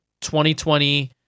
2020